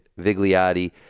Vigliotti